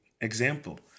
example